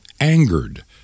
angered